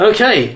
Okay